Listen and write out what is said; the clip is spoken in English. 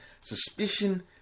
suspicion